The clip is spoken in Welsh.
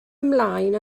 ymlaen